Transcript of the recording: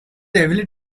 heavily